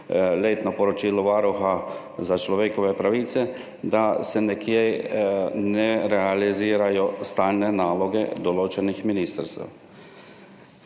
letno poročilo Varuha človekovih pravic, oziroma se nekje ne realizirajo stalne naloge določenih ministrstev.